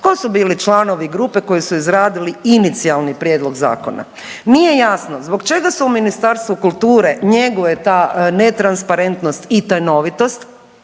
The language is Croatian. tko su bili članovi grupe koji su izradili inicijalni prijedlog zakona. Nije jasno zbog čega se u Ministarstvu kulture njeguje ta netransparentnost i tajnovitost